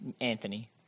Anthony